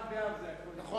ערב תשעה באב זה יכול לקרות.